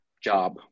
job